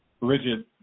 rigid